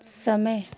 समय